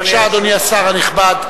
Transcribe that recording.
בבקשה, אדוני השר הנכבד.